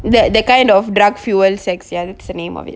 that that kind of drug fuel sex ya that's the name of it